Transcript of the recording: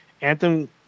Anthem